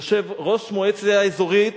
יושב-ראש המועצה האזורית